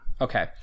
Okay